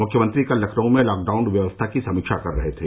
मुख्यमंत्री कल लखनऊ में लॉकडाउन व्यवस्था की समीक्षा कर रहे थे